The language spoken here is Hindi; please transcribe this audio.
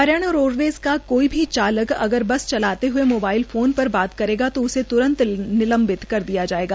ह रयाणा रोडवेज का कोई भी चालक अगर बस चलाते हुए मोबाइल फोन पर बात करेगा तो उसे त्रंत नलं वत कर दया जायेगा